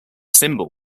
symbol